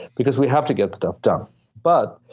because we have to get stuff done but,